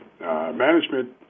Management